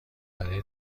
برای